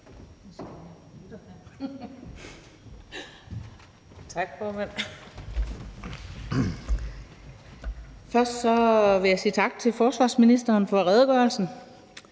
Først vil jeg sige tak til forsvarsministeren for redegørelsen.